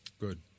Good